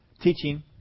teaching